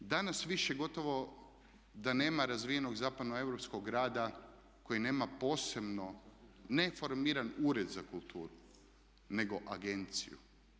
Danas više gotovo da nema razvijenog zapadno europskog grada koji nema posebno ne formiran Ured za kulturu, nego agenciju.